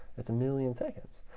it's a million seconds.